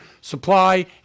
supply